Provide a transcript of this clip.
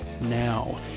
now